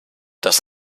das